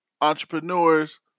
Entrepreneurs